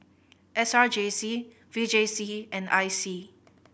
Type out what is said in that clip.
S R J C V J C and I C